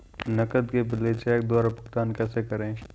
नकद के बदले चेक द्वारा भुगतान कैसे करें?